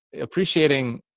appreciating